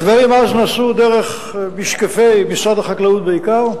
הדברים אז נעשו דרך משקפי משרד החקלאות בעיקר,